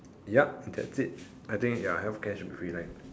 yup that's it I think ya healthcare should be free like